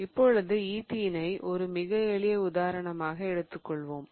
இப்பொழுது ஈத்தீனை ஒரு மிக எளிய உதாரணமாக எடுத்துக் கொள்வோம்